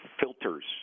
filters